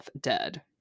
dead